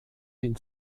den